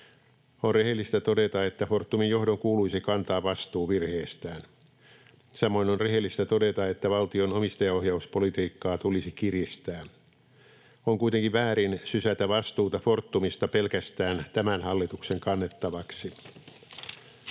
On rehellistä todeta, että Fortumin johdon kuuluisi kantaa vastuu virheistään. Samoin on rehellistä todeta, että valtion omistajaohjauspolitiikkaa tulisi kiristää. On kuitenkin väärin sysätä vastuuta Fortumista pelkästään tämän hallituksen kannettavaksi.